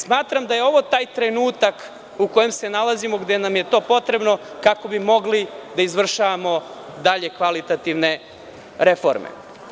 Smatram da je ovo taj trenutak u kojem se nalazimo, gde nam je to potrebno kako bi mogli da izvršavamo dalje kvalitativne reforme.